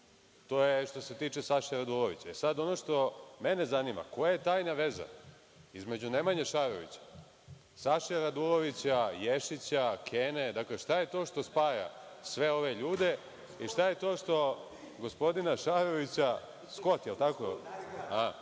To je što se tiče Saše Radulovića. Sad, ono što mene zanima, koja je tajna veza između Nemanje Šarovića, Saše Radulovića, Ješića, Kene, šta je to što spaja sve ove ljude i šta je to što gospodina Šarovića, skot, jel tako,